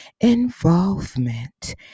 involvement